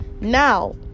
Now